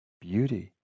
beauty